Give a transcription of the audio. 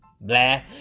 blah